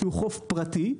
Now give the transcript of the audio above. שהוא חוף פרטי,